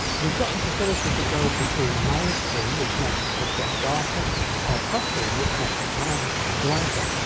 we've got the facility to go between minus three which makes the subject darker or plus three which makes it my lighter.